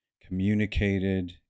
communicated